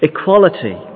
Equality